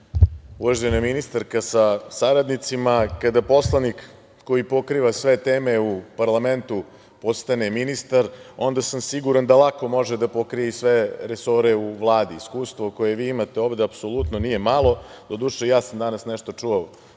ministarka sa saradnicima, kada poslanik koji pokriva sve teme u parlamentu postane ministar, onda sam siguran da lako može da pokrije i sve resore u Vladi. Iskustvo koje vi imate ovde apsolutno nije malo. Doduše, i ja sam danas nešto čuo,